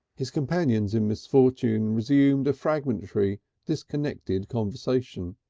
his companions in misfortune resumed a fragmentary disconnected conversation.